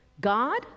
God